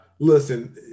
Listen